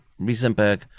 Riesenberg